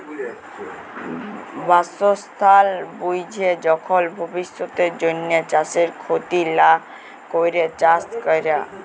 বাসস্থাল বুইঝে যখল ভবিষ্যতের জ্যনহে চাষের খ্যতি লা ক্যরে চাষ ক্যরা